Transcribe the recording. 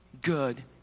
good